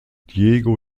diego